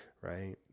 right